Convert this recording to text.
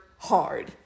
hard